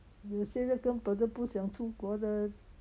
有些这根本就不想出国的